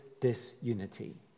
disunity